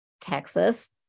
Texas